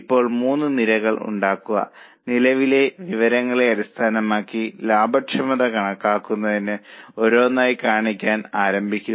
ഇപ്പോൾ മൂന്ന് നിരകൾ ഉണ്ടാക്കുക നിലവിലെ ഡാറ്റയെ അടിസ്ഥാനമാക്കി ലാഭക്ഷമത കണക്കാക്കുന്നത് ഓരോന്നായി കാണിക്കാൻ ആരംഭിക്കുക